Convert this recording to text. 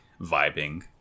vibing